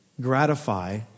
gratify